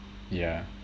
yeah